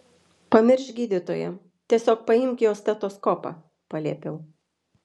pamiršk gydytoją tiesiog paimk jo stetoskopą paliepiau